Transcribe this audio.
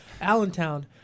Allentown